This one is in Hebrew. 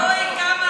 ואיך אתה אומר,